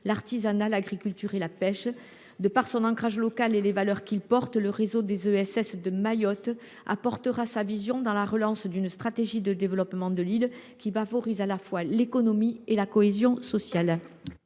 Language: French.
l’artisanat, l’agriculture et la pêche. De par son ancrage local et les valeurs qu’il porte, le réseau des ESS de Mayotte fera contribuer sa vision particulière à la relance d’une stratégie de développement de l’île qui favorise à la fois l’économie et la cohésion sociale.